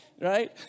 Right